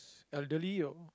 elderly or